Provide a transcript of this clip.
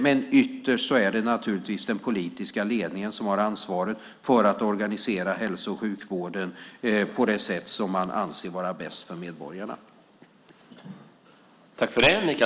Men ytterst är det naturligtvis den politiska ledningen som har ansvaret att organisera hälso och sjukvården på det sätt som man anser vara bäst för medborgarna.